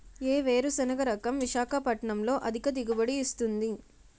ఏ వేరుసెనగ రకం విశాఖపట్నం లో అధిక దిగుబడి ఇస్తుంది?